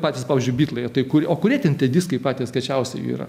ar tie patys pavyzdžiui bitlai tai kur o kurie ten tie diskai patys kiečiausi yra